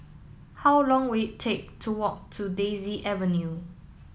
how long will it take to walk to Daisy Avenue